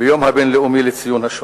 ביום הבין-לאומי לציון השואה.